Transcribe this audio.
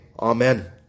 Amen